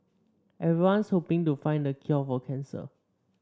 everyone's hoping to find the cure for cancer